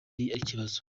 ikibazo